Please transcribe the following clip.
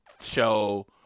show